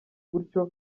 gutyo